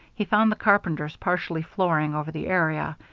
he found the carpenters partially flooring over the area,